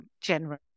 general